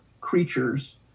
creatures